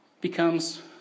becomes